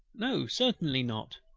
no, certainly not.